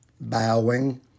bowing